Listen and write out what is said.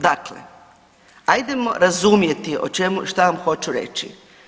Dakle, ajdemo razumjeti o čemu, šta vam hoću reći.